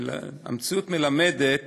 המציאות מלמדת